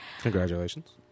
Congratulations